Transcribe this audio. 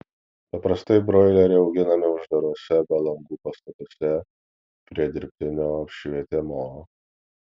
paprastai broileriai auginami uždaruose be langų pastatuose prie dirbtinio apšvietimo